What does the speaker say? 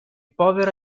povera